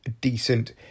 decent